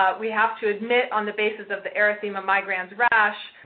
we have to admit, on the basis of the erythema migrans rash,